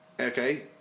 okay